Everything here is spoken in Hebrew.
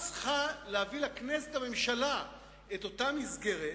אז צריכה הממשלה להביא לכנסת את אותה מסגרת,